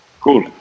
cool